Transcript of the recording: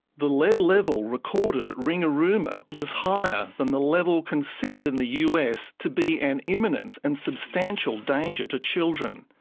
the lead level recorded at ringarooma was higher than the level considered in the us to be an imminent and substantial danger to children.